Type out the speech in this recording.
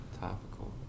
Topical